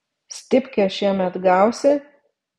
stipkę šiemet gausi